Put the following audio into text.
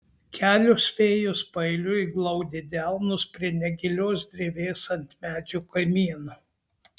kelios fėjos paeiliui glaudė delnus prie negilios drevės ant medžio kamieno